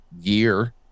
year